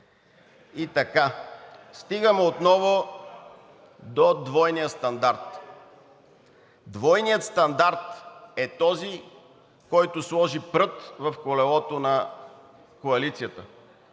И така стигаме отново до двойния стандарт. Двойният стандарт е този, който сложи прът в колелото на Коалицията,